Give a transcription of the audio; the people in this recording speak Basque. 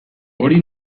hori